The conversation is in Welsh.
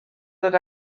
ddod